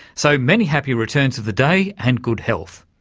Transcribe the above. so many happy returns of the day and good health.